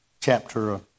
chapter